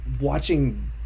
watching